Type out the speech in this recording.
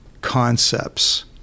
concepts